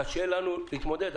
קשה לנו להתמודד.